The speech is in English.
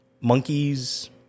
monkeys